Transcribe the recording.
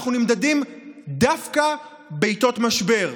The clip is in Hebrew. אנחנו נמדדים דווקא בעיתות משבר.